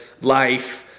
life